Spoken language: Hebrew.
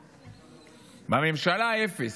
בממשלה, אפס.